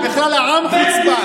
בשבילך בכלל העם חוצפן.